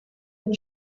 and